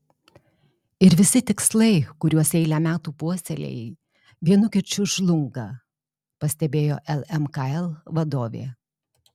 ir visi tikslai kuriuos eilę metų puoselėjai vienu kirčiu žlunga pastebėjo lmkl vadovė